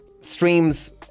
streams